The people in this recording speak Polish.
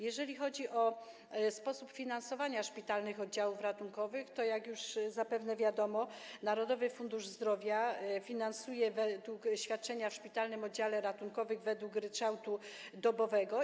Jeżeli chodzi o sposób finansowania szpitalnych oddziałów ratunkowych, to jak już zapewne wiadomo, Narodowy Fundusz Zdrowia finansuje świadczenia w szpitalnym oddziale ratunkowym według ryczałtu dobowego.